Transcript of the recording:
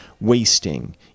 wasting